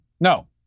No